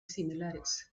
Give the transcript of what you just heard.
similares